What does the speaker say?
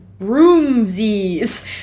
roomsies